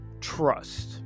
Trust